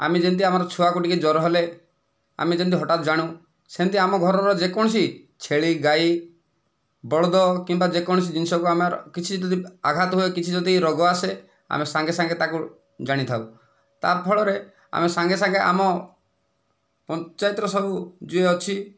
ଆମେ ଯେମିତି ଆମର ଛୁଆକୁ ଟିକେ ଜର ହେଲେ ଆମେ ଯେମିତି ହଠାତ୍ ଜାଣୁ ସେମିତି ଆମ ଘରର ଯେକୌଣସି ଛେଳି ଗାଈ ବଳଦ କିମ୍ବା ଯେକୌଣସି ଜିନିଷକୁ ଆମର କିଛି ଯଦି ଆଘାତ ହୁଏ କିଛି ଯଦି ରୋଗ ଆସେ ଆମେ ସାଙ୍ଗେ ସାଙ୍ଗେ ତାକୁ ଜାଣିଥାଉ ତାହା ଫଳରେ ଆମେ ସାଙ୍ଗେ ସାଙ୍ଗେ ଆମ ପଞ୍ଚାୟତରେ ସବୁ ଯିଏ ଅଛି